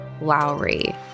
Lowry